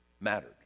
mattered